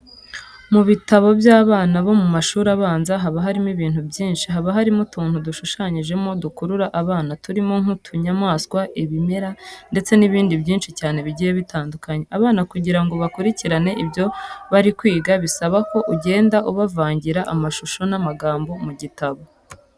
Mu bitabo by'abana bo mu mashuri abanza haba harimo ibintu byinshi. Haba harimo utuntu bashushanyijemo dukurura abana turimo nk'utunyamaswa, ibimera ndetse n'ibindi binshi cyane bigiye bitandukanye. Abana kugira ngo bakurikirane ibyo bari kwiga bisaba ko ugenda ubavangira amashusho n'amagambo mu gitabo.